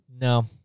No